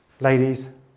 Ladies